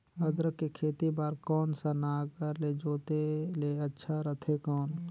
अदरक के खेती बार कोन सा नागर ले जोते ले अच्छा रथे कौन?